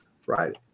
Friday